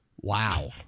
Wow